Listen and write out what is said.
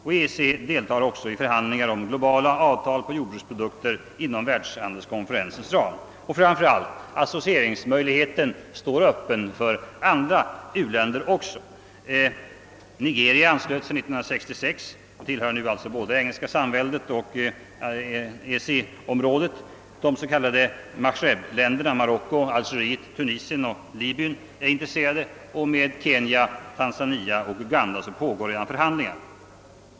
EEC deltar också i förhandlingarna om globala avtal rörande jordbruksprodukter inom världshandelskonferensens ram. Och framför allt: associeringsmöjligheten står öppen för andra u-länder också. Nigeria anslöt sig 1966 och tillhör nu alltså både det engelska samväldet och EEC-området. De s.k. Maghrebländerna Marocko, Algeriet, Tunisien och Libyen är intresserade, och med Kenya, Tanzania och Uganda pågår redan förhandlingar.